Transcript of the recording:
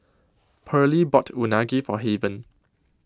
Pearly bought Unagi For Haven